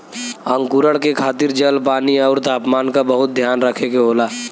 अंकुरण के खातिर जल, पानी आउर तापमान क बहुत ध्यान रखे के होला